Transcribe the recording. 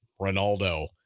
Ronaldo